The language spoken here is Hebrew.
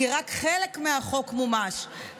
כי רק חלק מהחוק מומש,